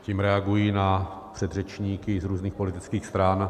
Tím reaguji na předřečníky z různých politických stran.